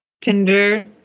Tinder